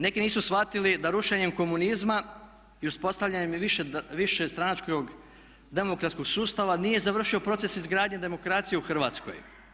Neki nisu shvatili da rušenjem komunizma i uspostavljenjem i višestranačkog demokratskog sustava nije završio proces izgradnje demokracije u Hrvatskoj.